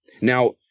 Now